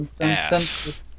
ass